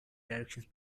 directions